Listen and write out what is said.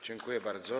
Dziękuję bardzo.